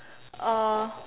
uh